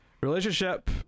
Relationship